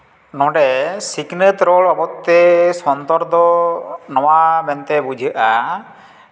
ᱱᱚᱸᱰᱮ ᱥᱤᱠᱷᱱᱟᱹᱛ ᱨᱚᱲ ᱵᱟᱵᱚᱫ ᱛᱮ ᱥᱚᱱᱛᱚᱨ ᱫᱚ ᱱᱚᱣᱟᱛᱮ ᱵᱩᱡᱷᱟᱹᱜᱼᱟ